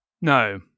No